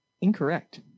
incorrect